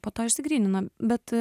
po to išsigrynino bet